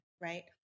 Right